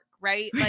right